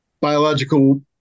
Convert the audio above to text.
biological